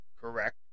correct